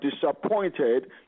disappointed